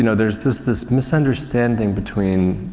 you know there's just this misunderstanding between,